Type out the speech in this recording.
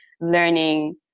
learning